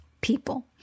people